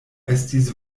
estis